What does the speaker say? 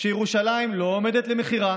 שירושלים לא עומדת למכירה